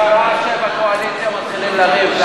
כשבקואליציה מתחילים לריב.